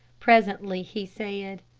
presently he said,